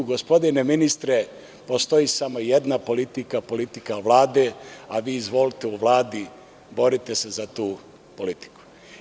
Gospodine ministre, postoji samo jedna politika, politika Vlade, a izvolite u Vladi borite se za tu politiku.